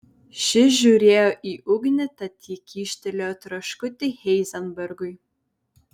šis žiūrėjo į ugnį tad ji kyštelėjo traškutį heizenbergui